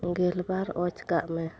ᱜᱮᱞᱵᱟᱨ ᱚᱪ ᱠᱟᱜ ᱢᱮ